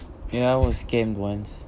ya I was scammed once